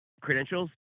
credentials